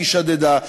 שהיא שדדה,